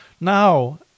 now